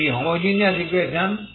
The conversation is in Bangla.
এটি হোমোজেনিয়াস ইকুয়েশন